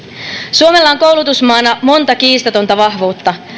suomella on koulutusmaana monta kiistatonta vahvuutta